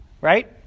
right